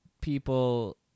people